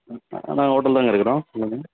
நாங்கள் ஹோட்டலில் தான்ங்க இருக்கிறோம் சொல்லுங்கள்